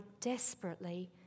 desperately